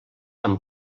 amb